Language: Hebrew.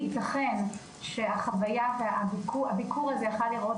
ייתכן שהביקור הזה יכול היה להיראות